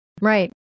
Right